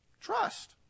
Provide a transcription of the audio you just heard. Trust